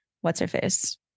What's-Her-Face